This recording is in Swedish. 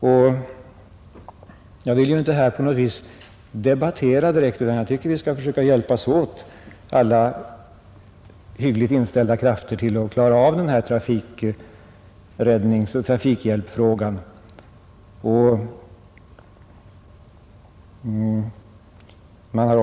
Jag villegentligen inte debattera i det här ämnet, utan jag tycker att vi, alla positivt inställda krafter, skall försöka bidra till att klara av den här trafikhjälpsfrågan.